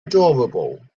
adorable